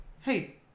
hey